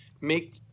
make